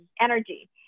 energy